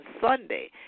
Sunday